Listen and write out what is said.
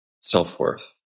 self-worth